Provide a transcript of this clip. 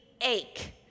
ache